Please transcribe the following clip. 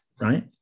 right